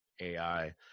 AI